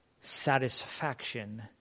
satisfaction